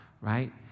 right